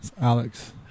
Alex